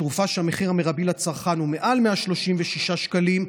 ועל תרופה שהמחיר המרבי לצרכן הוא מעל 136 שקלים,